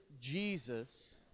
Jesus